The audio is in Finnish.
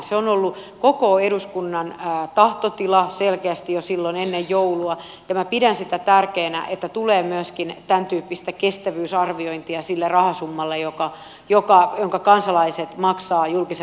se on ollut koko eduskunnan tahtotila selkeästi jo silloin ennen joulua ja minä pidän tärkeänä että tulee myöskin tämän tyyppistä kestävyysarviointia sille rahasummalle jonka kansalaiset maksavat julkisen palvelun tehtävän suorittamiseen